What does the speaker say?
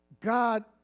God